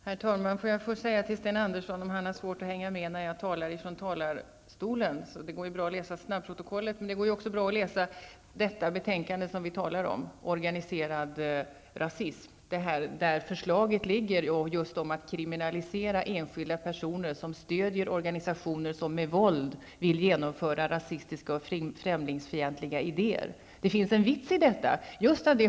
Herr talman! Sten Andersson i Malmö har svårt att hänga med när jag talar i talarstolen. Det går bra att läsa snabbprotokollet. Men det går också bra att läsa det betänkande vi talar om, Organiserad rasism, där det finns ett förslag om att kriminalisera enskilda personer som stöder organisationer som med våld vill genomföra rasistiska och främlingsfientliga idéer. Det finns en vits i detta.